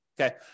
okay